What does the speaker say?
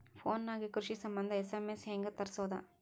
Phone ನಾಗೆ ಕೃಷಿ ಸಂಬಂಧ ಎಸ್.ಎಮ್.ಎಸ್ ಹೆಂಗ ತರಸೊದ?